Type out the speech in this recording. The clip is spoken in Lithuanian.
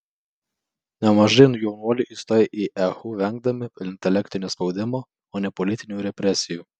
nemažai jaunuolių įstojo į ehu vengdami intelektinio spaudimo o ne politinių represijų